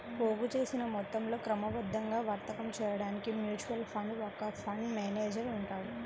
పోగుచేసిన మొత్తంతో క్రమబద్ధంగా వర్తకం చేయడానికి మ్యూచువల్ ఫండ్ కు ఒక ఫండ్ మేనేజర్ ఉంటారు